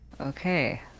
Okay